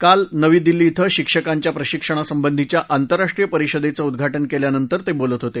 काल नवी दिल्ली इथं शिक्षकांच्या प्रशिक्षणा संबंधीच्या आंतरराष्ट्रीय परिषदेचं उद्घाटन केल्यानंतर ते बोलत होते